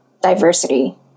diversity